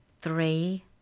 three